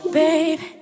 babe